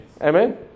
Amen